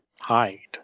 hide